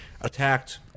attacked